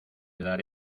dar